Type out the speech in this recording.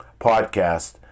podcast